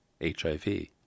HIV